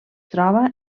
troba